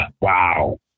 wow